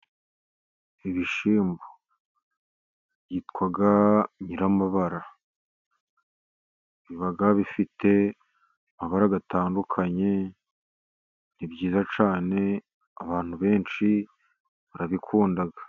Ibishyimbo byitwa nyiramabara biba bifite amabara atandukanye, ni byiza cyane abantu benshi barabikunda.